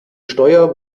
steuer